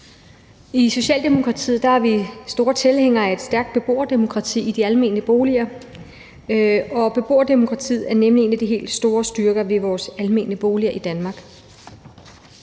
I Socialdemokratiet er vi store tilhængere af et stærkt beboerdemokrati i de almene boliger. Beboerdemokratiet er nemlig en af de helt store styrker ved vores almene boliger i Danmark.